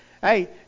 Hey